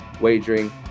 wagering